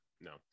no